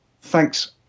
thanks